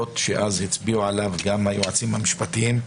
שאז הצביעו עליו גם היועצים המשפטיים,